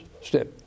step